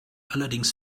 allerdings